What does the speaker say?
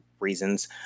Reasons